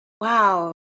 Wow